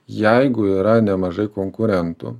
jeigu yra nemažai konkurentų